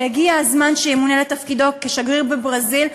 שהגיע הזמן שימונה לתפקידו כשגריר בברזיל,